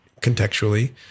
contextually